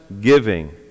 giving